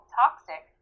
toxic